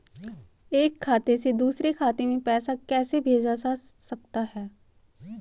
एक खाते से दूसरे खाते में पैसा कैसे भेजा जा सकता है?